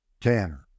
tanner